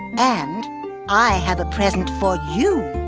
and i have a present for you.